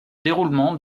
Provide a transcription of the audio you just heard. déroulement